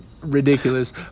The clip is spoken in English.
ridiculous